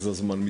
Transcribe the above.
אז הזמו מצטבר.